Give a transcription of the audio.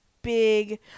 big